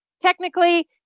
Technically